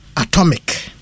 Atomic